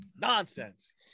nonsense